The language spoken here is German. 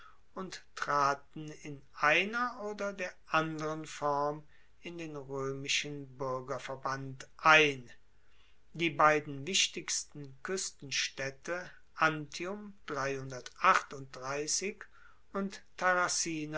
und traten in einer oder der anderen form in den roemischen buergerverband ein die beiden wichtigsten kuestenstaedte antium und